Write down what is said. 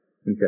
Okay